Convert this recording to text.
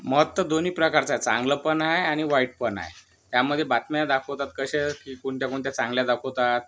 मत तर दोन्ही प्रकारचं आहे चांगलं पण आहे आणि वाईट पण आहे त्यामध्ये बातम्या दाखवतात कशा की कोणत्या कोणत्या चांगल्या दाखवतात